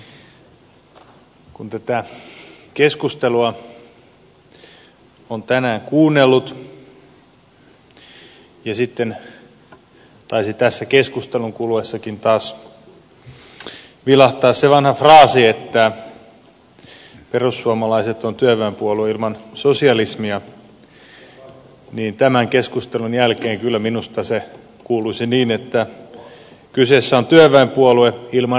kun tätä keskustelua on tänään kuunnellut ja sitten taisi tässä keskustelun kuluessakin taas vilahtaa se vanha fraasi että perussuomalaiset on työnväenpuolue ilman sosialismia niin tämän keskustelun jälkeen kyllä minusta se kuuluisi niin että kyseessä on työväenpuolue ilman realismia